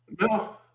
no